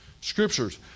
scriptures